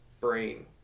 brain